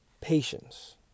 patience